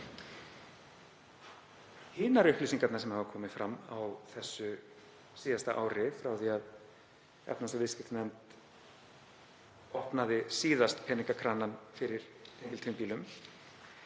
Hinar upplýsingarnar sem hafa komið fram á þessu síðasta ári frá því að efnahags- og viðskiptanefnd opnaði síðast peningakranann fyrir tengiltvinnbílum